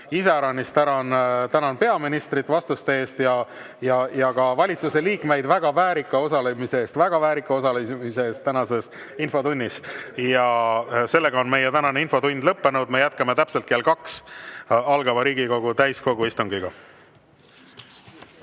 iseäranis tänan peaministrit vastuste eest ja ka valitsuse liikmeid väga väärika osalemise eest, väga väärika osalemise eest tänases infotunnis. Ja sellega on meie tänane infotund lõppenud. Me jätkame täpselt kell kaks algava Riigikogu täiskogu istungiga.